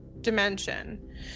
dimension